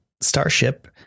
Starship